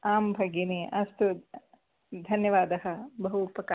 आं भगिनी अस्तु धन्यवादः बहु उपकारः